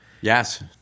Yes